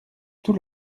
tout